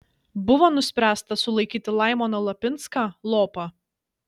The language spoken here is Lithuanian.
buvo nuspręsta sulaikyti laimoną lapinską lopą